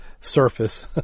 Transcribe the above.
surface